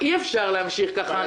אי אפשר להמשיך ככה.